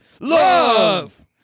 love